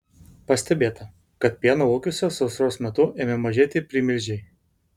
pastebėta kad pieno ūkiuose sausros metu ėmė mažėti primilžiai